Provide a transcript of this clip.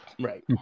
Right